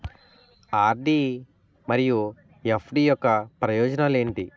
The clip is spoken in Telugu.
ఆర్.డి మరియు ఎఫ్.డి యొక్క ప్రయోజనాలు ఏంటి?